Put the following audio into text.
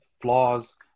flaws